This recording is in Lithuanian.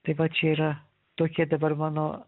tai va čia yra tokie dabar mano